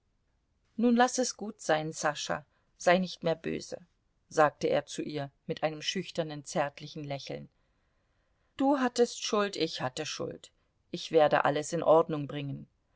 nun laß es gut sein sascha sei nicht mehr böse sagte er zu ihr mit einem schüchternen zärtlichen lächeln du hattest schuld ich hatte schuld ich werde alles in ordnung bringen